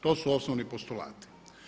To su osnovni postulati.